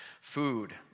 food